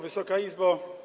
Wysoka Izbo!